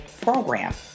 program